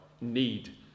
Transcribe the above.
need